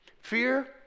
Fear